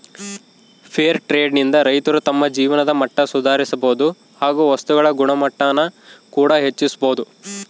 fair trade ನಿಂದ ರೈತರು ತಮ್ಮ ಜೀವನದ ಮಟ್ಟ ಸುಧಾರಿಸಬೋದು ಹಾಗು ವಸ್ತುಗಳ ಗುಣಮಟ್ಟಾನ ಕೂಡ ಹೆಚ್ಚಿಸ್ಬೋದು